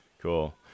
cool